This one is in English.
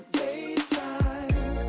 daytime